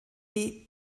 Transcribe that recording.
wie